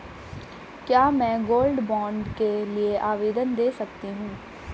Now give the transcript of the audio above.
क्या मैं gold bond के लिए आवेदन दे सकती हूँ?